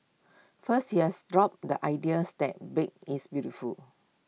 first he has dropped the ideas that big is beautiful